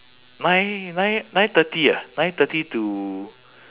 nine nine nine thirty ah nine thirty to